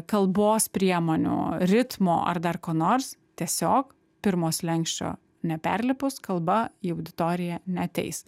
kalbos priemonių ritmo ar dar ko nors tiesiog pirmo slenksčio neperlipus kalba į auditoriją neateis